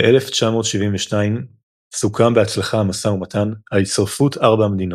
ב-1972 סוכם בהצלחה המשא ומתן על הצטרפות 4 המדינות.